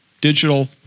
digital